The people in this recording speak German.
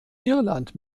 irland